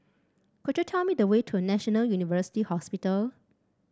could you tell me the way to National University Hospital